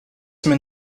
men